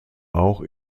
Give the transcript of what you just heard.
auch